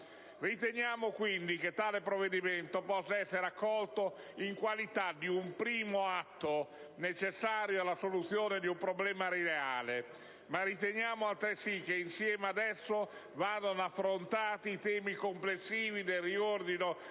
Riteniamo quindi che tale provvedimento possa essere accolto come primo atto necessario alla soluzione di un problema reale; ma riteniamo altresì che insieme ad esso vadano affrontati il riordino